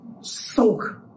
soak